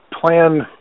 plan